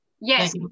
Yes